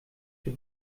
für